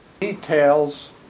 details